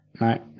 Right